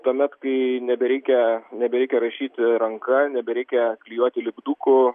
tuomet kai nebereikia nebereikia rašyti ranka nebereikia klijuoti lipdukų